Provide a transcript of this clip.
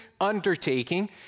undertaking